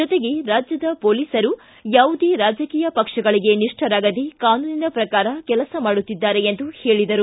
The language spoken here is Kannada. ಜೊತೆಗೆ ರಾಜ್ಯದ ಪೊಲೀಸರು ಯಾವುದೇ ರಾಜಕೀಯ ಪಕ್ಷಗಳಿಗೆ ನಿಷ್ಠರಾಗದೇ ಕಾನೂನಿನ ಪ್ರಕಾರ ಕೆಲಸ ಮಾಡುತ್ತಿದ್ದಾರೆ ಎಂದು ಹೇಳಿದರು